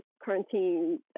quarantine